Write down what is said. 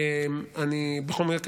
בכל מקרה,